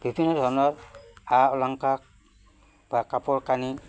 বিভিন্ন ধৰণৰ আ অলংকাৰ বা কাপোৰ কানি